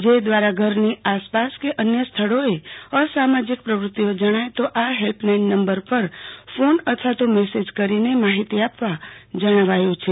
જે દવારા ઘર ની આસપાસ કે અન્ય સ્થળોએ અસામાજીક પ્રવતિઓ જણાય તો આ હેલ્પલાઈન નંબર પર ફોન અથવા મેસેજ કરીને માહિતી આપવા જણાવાયું છે